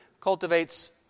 Cultivates